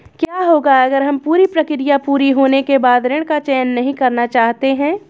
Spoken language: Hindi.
क्या होगा अगर हम पूरी प्रक्रिया पूरी होने के बाद ऋण का चयन नहीं करना चाहते हैं?